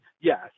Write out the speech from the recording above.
yes